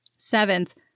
Seventh